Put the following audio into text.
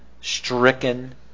stricken